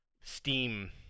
Steam